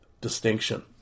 distinction